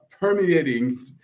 permeating